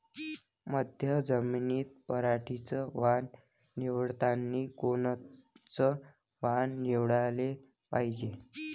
मध्यम जमीनीत पराटीचं वान निवडतानी कोनचं वान निवडाले पायजे?